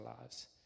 lives